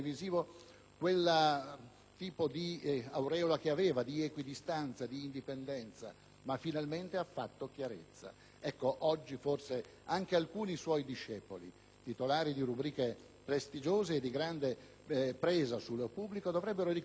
tipo di aureola che aveva di equidistanza ed indipendenza, ma finalmente ha fatto chiarezza. Oggi forse anche alcuni suoi discepoli, titolari di rubriche prestigiose e di grande presa sul pubblico, dovrebbero ricordare questa lezione: